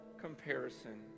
comparison